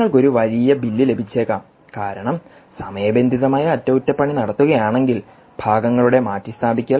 നിങ്ങൾക്ക് ഒരു വലിയ ബില്ല് ലഭിച്ചേക്കാം കാരണം സമയബന്ധിതമായി അറ്റകുറ്റപ്പണി നടത്തുകയാണെങ്കിൽ ഭാഗങ്ങളുടെ മാറ്റിസ്ഥാപിക്കൽ